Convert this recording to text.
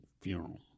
funeral